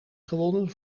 gewonnen